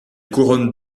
couronne